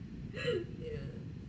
ya